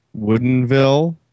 Woodenville